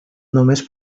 només